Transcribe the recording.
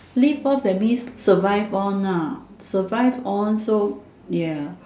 live off that means survive on ah survive on so yeah